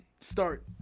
start